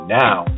now